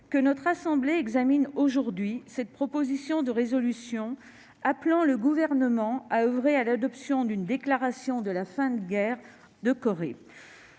que notre assemblée examine aujourd'hui cette proposition de résolution appelant le Gouvernement à oeuvrer à l'adoption d'une déclaration de la fin de la guerre de Corée.